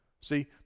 See